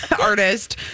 artist